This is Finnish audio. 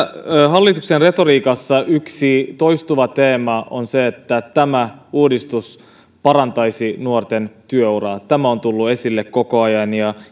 hallituksen retoriikassa yksi toistuva teema on se että tämä uudistus parantaisi nuorten työuraa tämä on tullut esille koko ajan ja